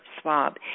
swab